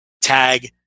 tag